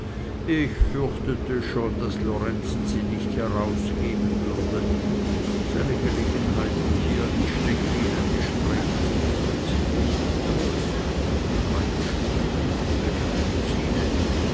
ich fürchtete schon daß lorenzen sie nicht herausgeben würde seine gelegenheiten hier in stechlin ein gespräch zu führen sind nicht groß und nun gar ein gespräch mit gräfin